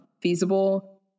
feasible